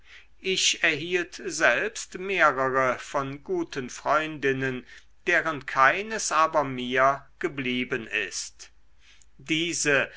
ich erhielt selbst mehrere von guten freundinnen deren keines aber mir geblieben ist diese